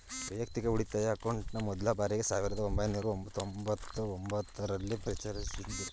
ವೈಯಕ್ತಿಕ ಉಳಿತಾಯ ಅಕೌಂಟ್ ಮೊದ್ಲ ಬಾರಿಗೆ ಸಾವಿರದ ಒಂಬೈನೂರ ತೊಂಬತ್ತು ಒಂಬತ್ತು ರಲ್ಲಿ ಪರಿಚಯಿಸಿದ್ದ್ರು